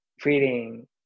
feeling